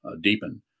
deepen